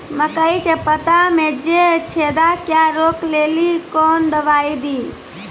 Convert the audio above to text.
मकई के पता मे जे छेदा क्या रोक ले ली कौन दवाई दी?